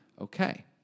Okay